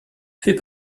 fait